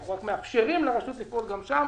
אנחנו רק מאפשרים לרשות לפעול גם שם.